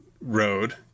road